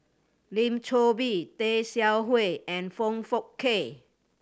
Lim Chor Pee Tay Seow Huah and Foong Fook Kay